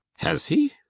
has he?